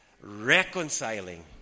reconciling